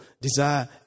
desire